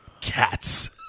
Cats